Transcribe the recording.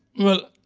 well,